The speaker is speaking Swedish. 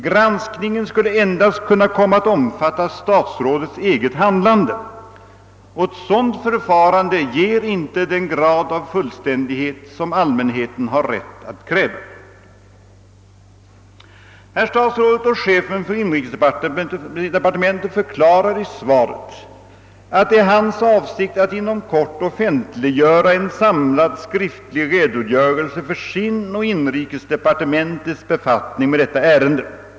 Granskningen skulle endast kunna komma att omfatta statsrådets eget handlande, och ett sådant förfarande ger inte den grad av fullständighet som allmänheten har rätt att kräva. I svaret förklarar herr statsrådet att det är hans avsikt att inom kort offentliggöra en samlad skriftlig redogörelse för sin och inrikesdepartementets befattning med detta ärende.